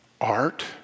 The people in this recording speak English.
art